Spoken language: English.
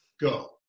go